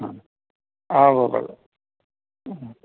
ആ ആ ഊവ്വുവ്വുവ്വ് ഉം